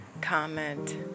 comment